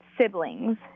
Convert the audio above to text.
siblings